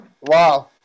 Wow